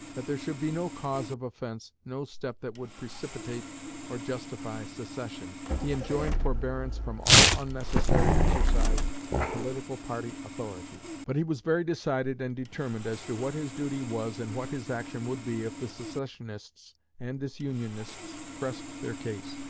that there should be no cause of offense, no step that would precipitate or justify secession, he enjoined forbearance from all unnecessary exercise of political party authority. but he was very decided and determined as to what his duty was and what his action would be if the secessionists and disunionists pressed their case.